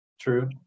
true